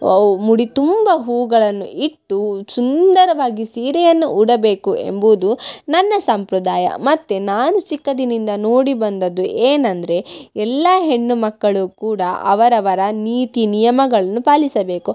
ವ್ ಮುಡಿ ತುಂಬ ಹೂಗಳನ್ನು ಇಟ್ಟು ಸುಂದರವಾಗಿ ಸೀರೆಯನ್ನು ಉಡಬೇಕು ಎಂಬುದು ನನ್ನ ಸಂಪ್ರದಾಯ ಮತ್ತು ನಾನು ಚಿಕ್ಕಂದಿನಿಂದ ನೋಡಿ ಬಂದದ್ದು ಏನಂದರೆ ಎಲ್ಲ ಹೆಣ್ಣುಮಕ್ಕಳು ಕೂಡ ಅವರವರ ನೀತಿ ನಿಯಮಗಳನ್ನು ಪಾಲಿಸಬೇಕು